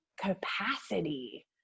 capacity